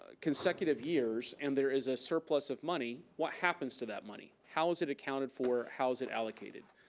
ah consecutive years and there is a surplus of money, what happens to that money? how is it accounted for? how is it allocated?